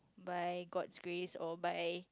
by god's grace or by